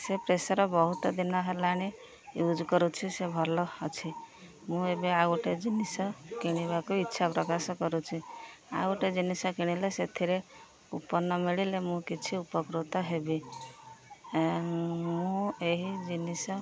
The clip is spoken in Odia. ସେ ପ୍ରେସର୍ ବହୁତ ଦିନ ହେଲାଣି ୟୁଜ୍ କରୁଛି ସେ ଭଲ ଅଛି ମୁଁ ଏବେ ଆଉ ଗୋଟେ ଜିନିଷ କିଣିବାକୁ ଇଚ୍ଛା ପ୍ରକାଶ କରୁଛି ଆଉ ଗୋଟେ ଜିନିଷ କିଣିଲେ ସେଥିରେ କୁପନ୍ ମିଳିଲେ ମୁଁ କିଛି ଉପକୃତ ହେବି ମୁଁ ଏହି ଜିନିଷ